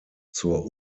zur